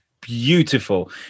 beautiful